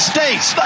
States